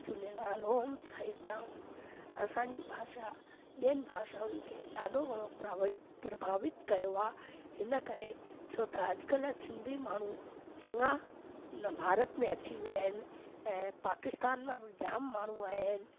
झूलेलाल ओम साईं लाल असांजी भाषा ॿियनि भाषाऊनि खे ॾाढो वॾो प्रभावित कयो आहे हिन करे छो ता अॼकल्ह सिंधी माण्हू चङा न भारत में अची विया आहिनि ऐं पाकिस्तान मां बि जाम माण्हू आया आहिनि